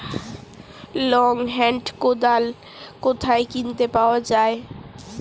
Long hand কোদাল কোথায় কিনতে পাওয়া যায়?